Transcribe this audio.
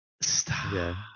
Stop